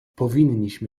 powinniśmy